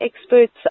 experts